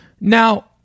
Now